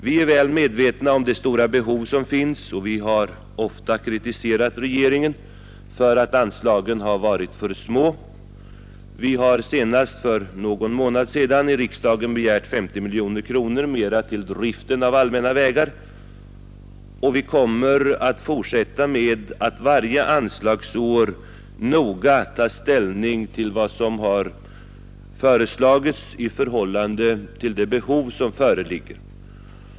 Vi är väl medvetna om det stora behov som finns, och vi har ofta kritiserat regeringen för att anslagen varit för små. Vi har också senast för någon månad sedan i riksdagen begärt 50 miljoner mera till driften av de allmänna vägarna — och vi kommer att fortsätta med att varje anslagsår noga ta ställning till vad som föreslås i förhållande till det behov som föreligger.